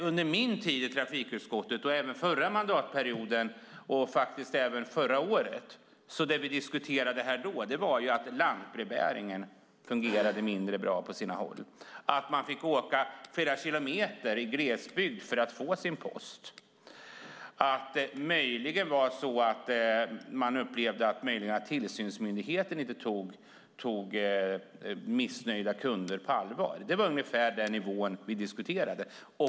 Under min tid i trafikutskottet, under förra mandatperioden och faktiskt även förra året, var det vi diskuterade här att lantbrevbäringen fungerade mindre bra på sina håll, att man fick åka flera kilometer i glesbygd för att få sin post. Det var möjligen så att man upplevde att tillsynsmyndigheten inte tog missnöjda kunder riktigt på allvar. Det var ungefär den nivå vi diskuterade på.